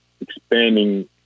expanding